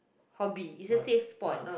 hobby is the safe spot